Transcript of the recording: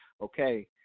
okay